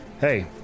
hey